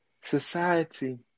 society